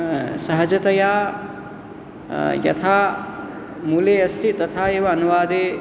सहजतया यथा मूले अस्ति तथा एव अनुवादे